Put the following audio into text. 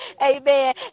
Amen